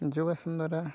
ᱡᱳᱜᱟᱥᱚᱱ ᱫᱚᱣᱟᱨᱟ